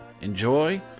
enjoy